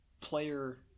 player